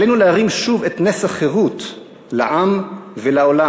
עלינו להרים שוב את נס החירות לעם ולעולם.